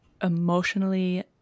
emotionally